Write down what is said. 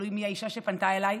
תלוי מי האישה שפנתה אליי,